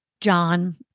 John